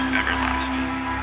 everlasting